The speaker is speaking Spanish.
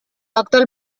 actual